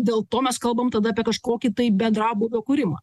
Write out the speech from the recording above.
dėl to mes kalbam tada apie kažkokį tai bendrabūvio kūrimą